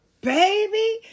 baby